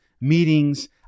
meetings